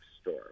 store